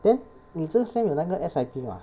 then 你这个 sem 有那个 S_I_P mah